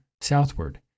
southward